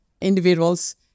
individuals